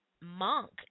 monk